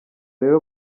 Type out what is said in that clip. rero